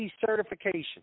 certification